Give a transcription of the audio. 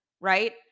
right